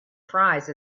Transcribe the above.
fries